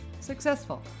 successful